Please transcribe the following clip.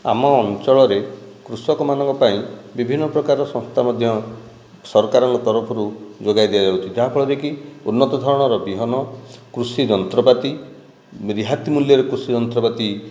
ଆମ ଅଞ୍ଚଳରେ କୃଷକ ମାନଙ୍କ ପାଇଁ ବିଭିନ୍ନ ପ୍ରକାର ସଂସ୍ଥା ମଧ୍ୟ ସରକାରଙ୍କ ତରଫରୁ ଯୋଗାଇ ଦିଆଯାଉଛି ଯାହାଫଳରେ କି ଉନ୍ନତ ଧରଣର ବିହନ କୃଷି ଯନ୍ତ୍ରପାତି ରିହାତି ମୂଲ୍ୟରେ କୃଷି ଯନ୍ତ୍ରପାତି